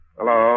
Hello